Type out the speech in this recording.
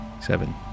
Seven